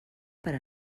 per